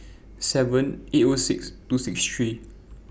seven eight O six two six three